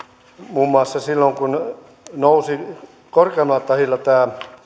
muun muassa silloin kun nousivat korkeammalla tahdilla nämä